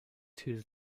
two